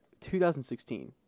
2016